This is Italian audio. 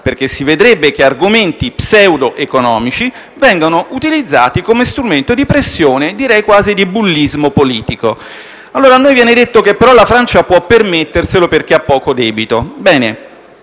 perché si vedrebbe che argomenti pseudoeconomici vengono utilizzati come strumento di pressione e direi quasi di bullismo politico. A noi viene detto che però la Francia può permetterselo perché ha poco debito. È